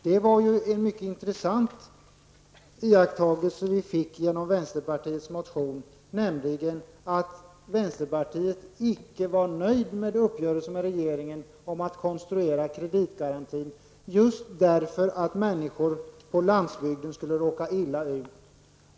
Det var en mycket intressant iakttagelse vi gjorde i vänsterpartiets motion, nämligen att vänsterpartiet icke var nöjt med uppgörelsen med regeringen om att konstruera en kreditgaranti, just därför att människor på landsbygden skulle råka illa ut.